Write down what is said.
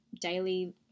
daily